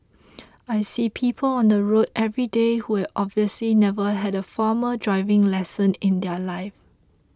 I see people on the road everyday who have obviously never had a formal driving lesson in their life